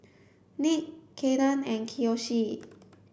Nick Caiden and Kiyoshi